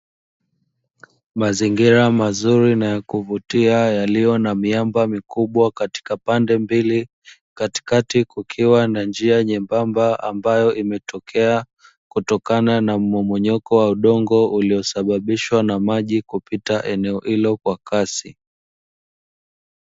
Mazingira mazuri na ya kuvutia yaliyo na miamba mikubwa katika pande mbili, katikati kukiwa na njia nyembamba ambayo imetokea kutokana na mmomonyoko wa udongo uliosababishwa na maji kupita eneo hilo kwa kasi.